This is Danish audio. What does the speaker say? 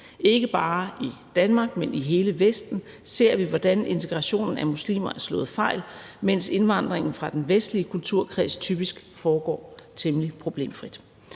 ikke bare i Danmark, men i hele Vesten ser vi, hvordan integrationen af muslimer er slået fejl, mens indvandringen fra den vestlige kulturkreds typisk foregår temmelig problemfrit.